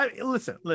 Listen